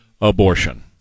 abortion